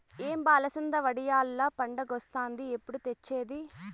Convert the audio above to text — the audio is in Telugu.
ఏం బా అలసంద వడియాల్ల పండగొస్తాంది ఎప్పుడు తెచ్చేది